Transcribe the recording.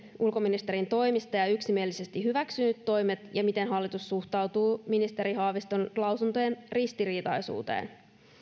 ulkoministerin toimista ja yksimielisesti hyväksynyt toimet miten hallitus suhtautuu ministeri haaviston lausuntojen ristiriitaisuuteen